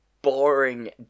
Boring